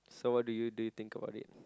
so what do you do you think about it